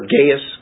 Gaius